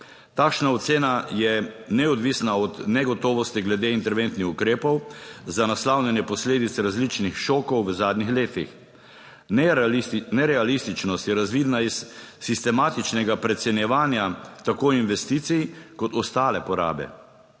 Takšna ocena je neodvisna od negotovosti glede interventnih ukrepov za naslavljanje posledic različnih šokov v zadnjih letih. Nerealističnost je razvidna iz sistematičnega precenjevanja tako investicij kot ostale porabe.